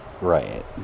Right